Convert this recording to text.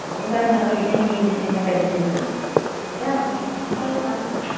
അതുകൊണ്ടാണ് ഞങ്ങൾ പിന്നേയും പിന്നേയും ഈ വിളിച്ചു നിങ്ങളെ ശല്യം ചെയ്യുന്നത് എവിടെയാണ് കാണുന്നില്ല